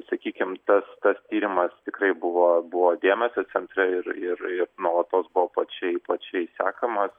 sakykim tas tas tyrimas tikrai buvo buvo dėmesio centre ir ir ir nuolatos buvo plačiai plačiai sekamas